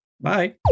Bye